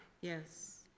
Yes